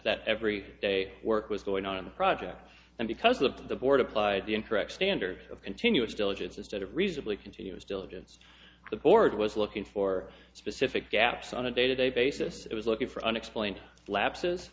that every day work was going on in the project and because of the board applied the incorrect standards of continuous diligence instead of reasonably continuous diligence the board was looking for specific gaps on a day to day basis it was looking for unexplained lapses